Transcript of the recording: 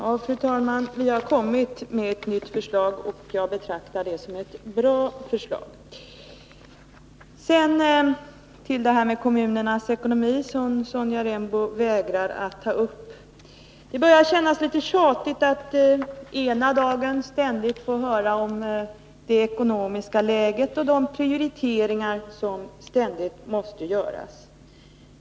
Fru talman! Vi har kommit med ett nytt förslag, och jag betraktar det som ett bra förslag. Sonja Rembo vägrar att ta upp kommunernas ekonomi. Det börjar kännas litet tjatigt att ena dagen ständigt få höra om det:ekonomiska läget och de prioriteringar som hela tiden måste göras.